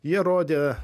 jie rodė